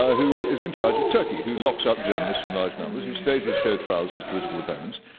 ah who is in charge of turkey, who locks up journalists in large numbers, who stages show trials of his political opponents,